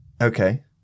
Okay